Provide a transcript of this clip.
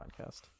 podcast